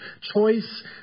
choice